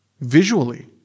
Visually